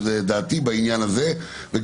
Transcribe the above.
לדעתי בעניין הזה צריך להיות נוהל אחיד.